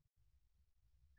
విద్యార్థి కానీ అది